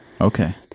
Okay